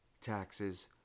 Taxes